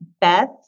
Beth